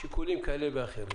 משיקולים כאלה או אחרים